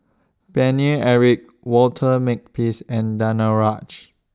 Paine Eric Walter Makepeace and Danaraj